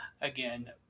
Again